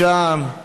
משם,